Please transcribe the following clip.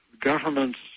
governments